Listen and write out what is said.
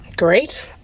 great